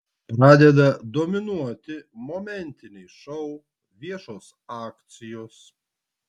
pradeda dominuoti momentiniai šou viešos akcijos